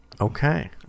Okay